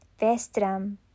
vestram